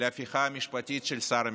להפכה המשפטית של שר המשפטים.